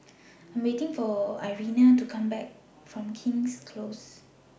I Am waiting For Irena to Come Back from King's Close